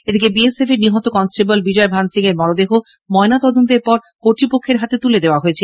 এদিকে বিএসএফ র নিহত কনস্টেবল বিজয় ভান সিং এর মরদেহ ময়নাতদন্তের পর কর্তৃপক্ষের হাতে তুলে দেওয়া হয়েছে